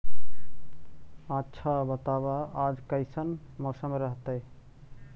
आच्छा बताब आज कैसन मौसम रहतैय?